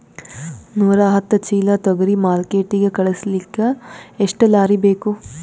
ನೂರಾಹತ್ತ ಚೀಲಾ ತೊಗರಿ ಮಾರ್ಕಿಟಿಗ ಕಳಸಲಿಕ್ಕಿ ಎಷ್ಟ ಲಾರಿ ಬೇಕು?